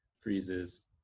freezes